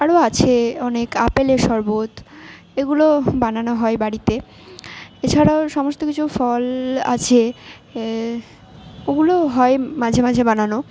আরো আছে অনেক আপেলের শরবত এগুলো বানানো হয় বাড়িতে এছাড়াও সমস্ত কিছু ফল আছে ওগুলো হয় মাঝে মাঝে বানানো